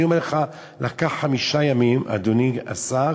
אני אומר לך, לקח חמישה ימים, אדוני השר,